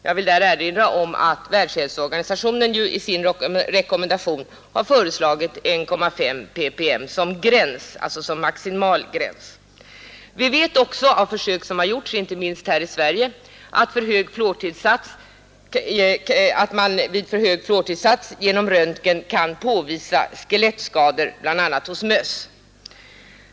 Jag vill erinra om att Världshälsoorganisationen i sin rekommendation föreslagit 1,5 ppm som maximal gräns. Vi vet också av försök som gjorts, inte minst här i Sverige, att man vid för hög fluortillsats genom röntgen kan påvisa skelettskador, bl.a. hos möss.